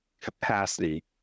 capacity